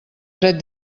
dret